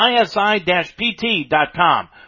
isi-pt.com